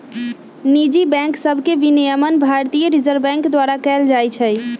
निजी बैंक सभके विनियमन भारतीय रिजर्व बैंक द्वारा कएल जाइ छइ